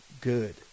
good